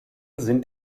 sind